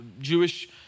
Jewish